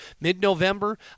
mid-November